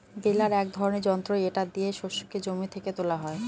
বেলার এক ধরনের যন্ত্র এটা দিয়ে শস্যকে জমি থেকে তোলা হয়